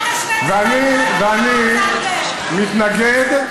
אל תשווה, ואני מתנגד.